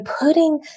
putting